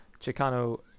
Chicano